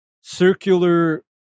Circular